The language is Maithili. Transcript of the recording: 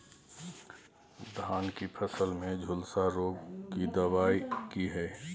धान की फसल में झुलसा रोग की दबाय की हय?